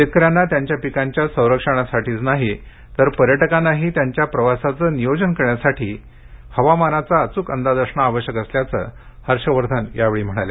शेतकऱ्यांना त्यांच्या पिकांच्या संरक्षणासाठीच नाही तर पर्या किंनाही त्यांच्या प्रवासाचं नियोजन करण्यासाठी हवामानाचा अचूक अंदाज असणं आवश्यक असल्याचं हर्ष वर्धन यावेळी म्हणाले